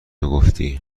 گفتی